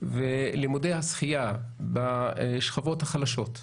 לימודי השחייה בשכבות החלשות.